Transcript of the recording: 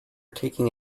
taking